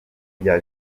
rya